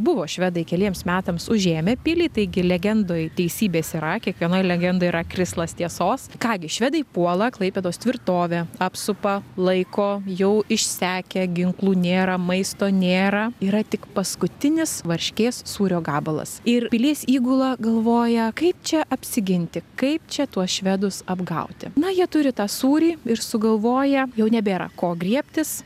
buvo švedai keliems metams užėmę pilį taigi legendoj teisybės yra kiekvienoj legendoj yra krislas tiesos ką gi švedai puola klaipėdos tvirtovę apsupa laiko jau išsekę ginklų nėra maisto nėra yra tik paskutinis varškės sūrio gabalas ir pilies įgula galvoja kaip čia apsiginti kaip čia tuos švedus apgauti na jie turi tą sūrį ir sugalvoję jau nebėra ko griebtis